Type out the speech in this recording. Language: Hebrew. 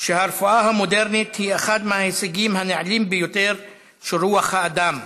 שהרפואה המודרנית היא אחד ההישגים הנעלים ביותר של רוח האדם.